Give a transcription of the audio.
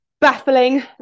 baffling